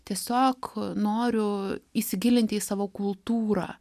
tiesiog noriu įsigilinti į savo kultūrą